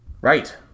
Right